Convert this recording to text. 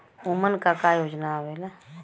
उमन का का योजना आवेला?